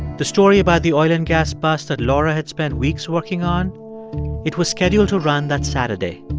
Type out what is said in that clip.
the story about the oil and gas bust that laura had spent weeks working on it was scheduled to run that saturday.